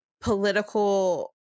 political